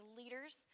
leaders